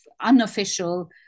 unofficial